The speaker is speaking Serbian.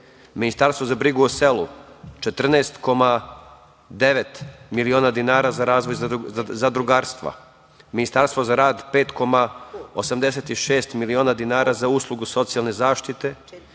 Ministarstvo za brigu o selu, 14,9 miliona dinara za razvoj zadrugarstva, Ministarstvo za rad 5,86 miliona dinara za uslugu socijalne zaštite